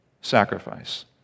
sacrifice